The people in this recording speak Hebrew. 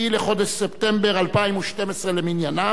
9 בחודש דצמבר 2012 למניינם,